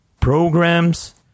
programs